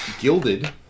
gilded